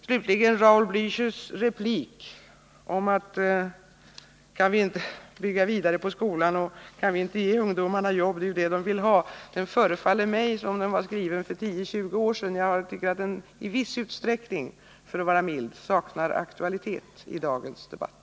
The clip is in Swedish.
Slutligen: Raul Blächers replik om att vi skall bygga vidare på skolan och ge ungdomarna jobb eftersom det är vad de vill ha förefaller mig vara skriven för 10-20 år sedan. Den saknar, för att vara mild, i viss utsträckning aktualitet i dagens debatt.